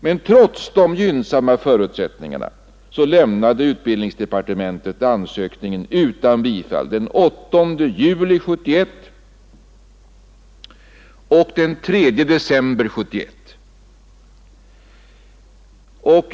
Men trots de gynnsamma förutsättningarna lämnade utbildningsdepartementet ansökningen utan bifall den 8 juli och den 3 december 1971.